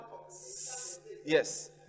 yes